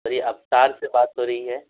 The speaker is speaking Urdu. سوری ابصار سے بات ہو رہی ہے